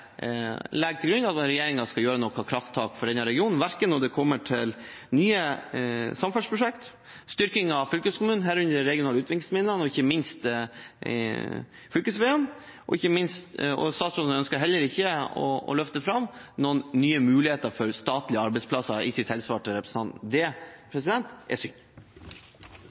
til grunn at regjeringen skal ta noe krafttak for denne regionen verken når det gjelder nye samferdselsprosjekt, styrking av fylkeskommunen, herunder de regionale utviklingsmidlene, eller – ikke minst – fylkesveiene. Statsråden ønsker heller ikke, ifølge svaret til representanten, å løfte fram noen nye muligheter for statlige arbeidsplasser. Det er synd. Å investere i framtiden er